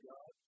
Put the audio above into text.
God